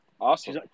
awesome